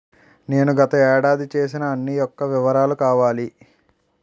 నేను గత ఏడాది చేసిన అన్ని యెక్క వివరాలు కావాలి?